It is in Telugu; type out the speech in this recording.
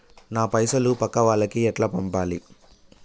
నా పైసలు పక్కా వాళ్లకి ఎట్లా పంపాలి?